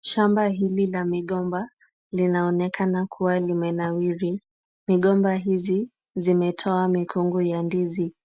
Shamba hili la migomba linaonekana kuwa limenawiri. Migomba hizi zimetoa mikungu ya ndizi.